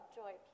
joy